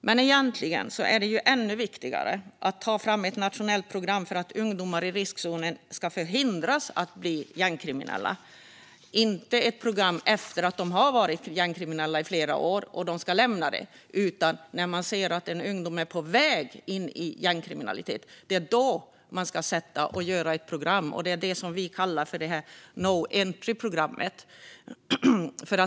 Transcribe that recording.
Men egentligen är det ännu viktigare att ta fram ett nationellt program för att ungdomar i riskzonen ska hindras från att bli gängkriminella, inte ett program för dem som har varit gängkriminella i flera år och ska lämna det. Det är när man ser att en ungdom är på väg in i gängkriminalitet som man ska sätta in ett program, det som vi kallar ett no entry-program.